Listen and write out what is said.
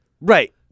Right